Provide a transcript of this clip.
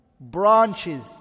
Branches